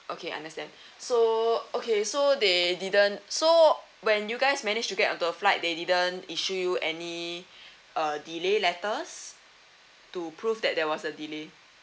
okay understand so okay so they didn't so when you guys managed to get onto a flight they didn't issue you any uh delay letters to prove that there was a delay